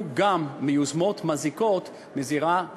גם מיוזמות מזיקות בזירה הבין-לאומית.